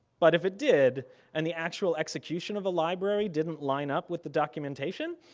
but if it did and the actual execution of a library didn't line up with the documentation,